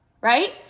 right